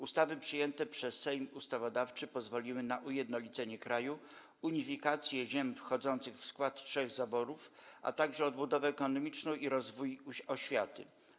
Ustawy przyjęte przez Sejm Ustawodawczy pozwoliły na ujednolicenie kraju, unifikację ziem wchodzących w skład trzech zaborów, a także odbudowę ekonomiczną i rozwój oświaty.